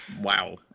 Wow